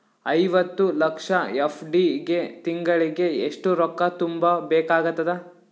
ಐವತ್ತು ಲಕ್ಷ ಎಫ್.ಡಿ ಗೆ ತಿಂಗಳಿಗೆ ಎಷ್ಟು ರೊಕ್ಕ ತುಂಬಾ ಬೇಕಾಗತದ?